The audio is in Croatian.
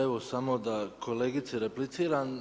Evo samo da kolegici repliciram.